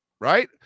right